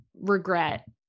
regret